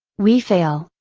we fail,